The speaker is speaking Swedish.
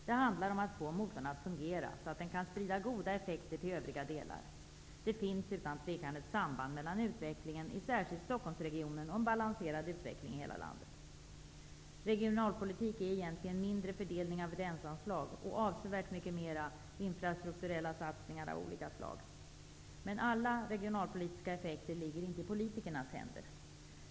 Det handlar om att få motorn att fungera, så att den kan sprida goda effekter till övriga delar. Det finns utan tvivel ett samband mellan utvecklingen i särskilt Stockholmsregionen och en balanserad utveckling i hela landet. Regionalpolitik är egentligen mindre en fråga om fördelning av länsanslag och avsevärt mer en fråga om infrastrukturella satsningar av olika slag. Men alla regionalpolitiska effekter ligger inte i politikernas händer.